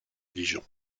dijon